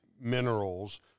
minerals